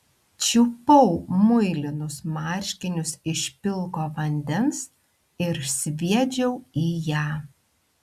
čiupau muilinus marškinius iš pilko vandens ir sviedžiau į ją